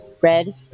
Red